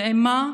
ועם מה?